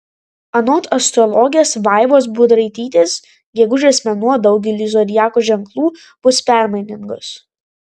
anot astrologės vaivos budraitytės gegužės mėnuo daugeliui zodiako ženklų bus permainingas